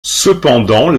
cependant